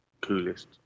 coolest